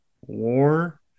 war